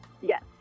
Yes